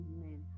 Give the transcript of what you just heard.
Amen